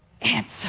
answer